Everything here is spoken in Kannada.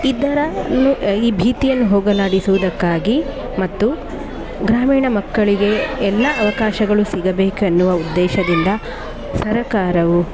ಇದನ್ನು ಈ ಭೀತಿಯನ್ನು ಹೋಗಲಾಡಿಸುವುದಕ್ಕಾಗಿ ಮತ್ತು ಗ್ರಾಮೀಣ ಮಕ್ಕಳಿಗೆ ಎಲ್ಲ ಅವಕಾಶಗಳು ಸಿಗಬೇಕೆನ್ನುವ ಉದ್ದೇಶದಿಂದ ಸರಕಾರವು